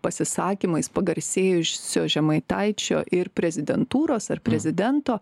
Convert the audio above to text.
pasisakymais pagarsėjusio žemaitaičio ir prezidentūros ar prezidento